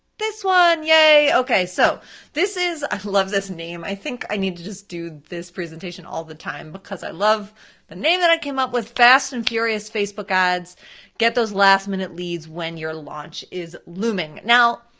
this one, yay, okay. so this is, i love this name, i think i need to just do this presentation all the time because i love the name that i came up with, fast and furious facebook ads get those last-minute leads when your launch is looming. now,